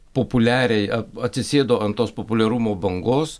populiariai atsisėdo ant tos populiarumo bangos